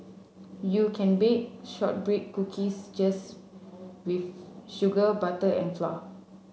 you can bake shortbread cookies just with sugar butter and flour